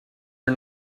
are